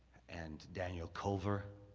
and daniel cover,